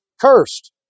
cursed